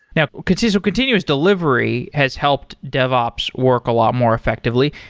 now continuous continuous delivery has helped devops work a lot more effectively.